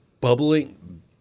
bubbling